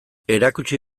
erakutsi